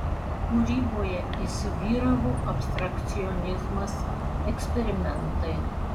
kūryboje įsivyravo abstrakcionizmas eksperimentai